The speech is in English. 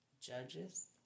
judges